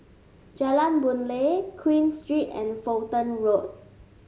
Jalan Boon Lay Queen Street and Fulton Road